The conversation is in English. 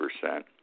percent